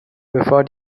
bevor